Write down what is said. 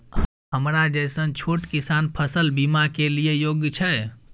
हमरा जैसन छोट किसान फसल बीमा के लिए योग्य छै?